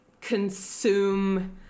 consume